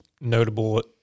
notable